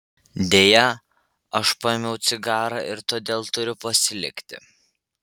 deja aš paėmiau cigarą ir todėl turiu pasilikti